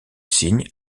signe